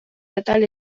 atal